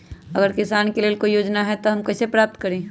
अगर किसान के लेल कोई योजना है त हम कईसे प्राप्त करी?